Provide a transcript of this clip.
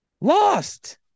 lost